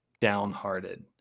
downhearted